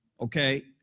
Okay